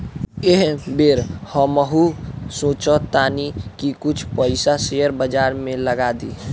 एह बेर हमहू सोचऽ तानी की कुछ पइसा शेयर बाजार में लगा दी